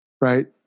right